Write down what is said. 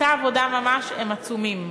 באותה עבודה ממש, הם עצומים.